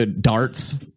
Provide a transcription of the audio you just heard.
darts